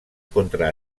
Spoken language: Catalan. contra